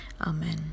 Amen